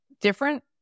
different